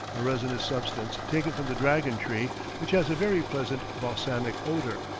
a resinous substance taken from the dragon-tree, which has a very pleasant balsamic odour.